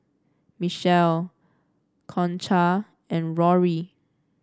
Michele Concha and Rory